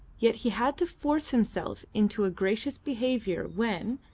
yet he had to force himself into a gracious behaviour when,